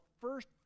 first